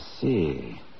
see